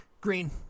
Green